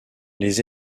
des